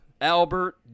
Albert